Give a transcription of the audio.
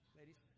ladies